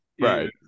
right